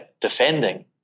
defending